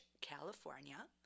California